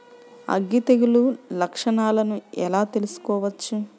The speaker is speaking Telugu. అగ్గి తెగులు లక్షణాలను ఎలా తెలుసుకోవచ్చు?